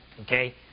Okay